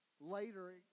later